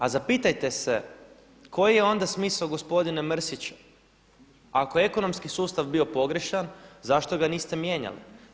A zapitajte se, koji je onda smisao gospodine Mrsić ako je ekonomski sustav bio pogrešan zašto ga niste mijenjali?